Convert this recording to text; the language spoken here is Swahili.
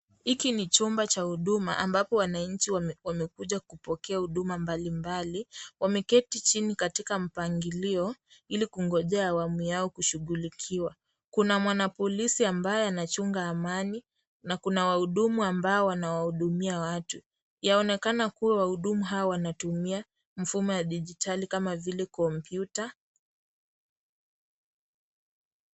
Hiki ni chumba cha huduma ambapo wananchi wamekuja kupokea huduma mbalimbali, wameketi chini katika mpangilio ili kugojea awamu yao kushughulikiwa, kuna mwanapolisi ambaye anachunga amani, na kuna wahudumu ambao wanawahudumia watu, yaonekana kuwa wahudumu hawa wanatumia mfumo wa dijitali kama vile kompyuta.